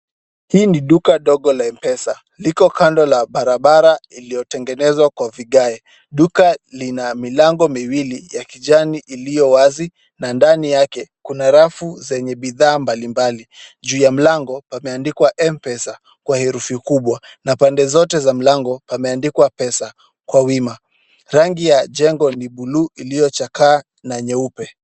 Hii ni duka dogo la Mpesa. Liko kando la barabara iliyotengenezwa kwa vigae. Duka lina milango miwili ya kijani iliyo wazi na ndani yake kuna rafu zenye bidhaa mbali mbali. Juu ya mlango pameandikwa Mpesa kwa herufi kubwa na pande zote za mlango pameandikwa pesa, kwa wima. Rangi ya jengo ni buluu iliyochakaa na nyeupe.